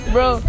Bro